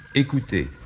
Écoutez